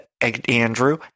Andrew